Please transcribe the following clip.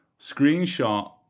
screenshot